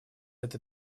этой